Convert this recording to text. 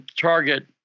target